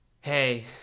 hey